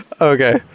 Okay